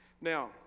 now